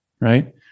right